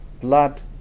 blood